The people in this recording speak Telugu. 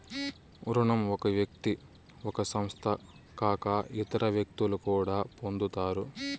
రుణం ఒక వ్యక్తి ఒక సంస్థ కాక ఇతర వ్యక్తులు కూడా పొందుతారు